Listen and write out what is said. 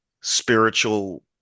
spiritual